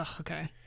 okay